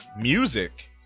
music